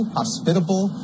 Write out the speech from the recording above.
hospitable